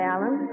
Alan